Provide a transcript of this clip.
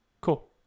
cool